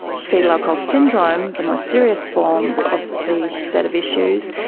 foetal alcohol syndrome, the most serious form of the set of issues,